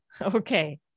Okay